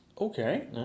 Okay